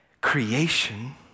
creation